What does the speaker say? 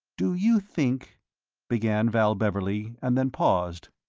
do you think began val beverley, and then paused.